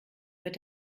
wird